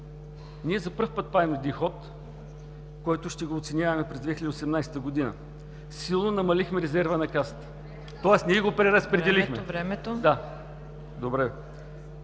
ние за първи път правим ход, който ще оценяваме през 2018 г. Силно намалихме резерва на Касата, тоест ние го преразпределихме.